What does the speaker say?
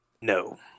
No